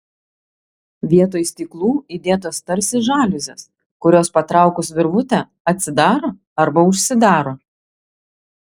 vietoj stiklų įdėtos tarsi žaliuzės kurios patraukus virvutę atsidaro arba užsidaro